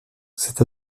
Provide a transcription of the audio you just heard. c’est